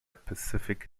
pacific